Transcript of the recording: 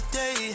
day